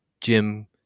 Jim